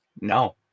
no